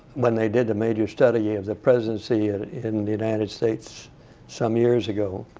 when they did a major study of the presidency in the united states some years ago,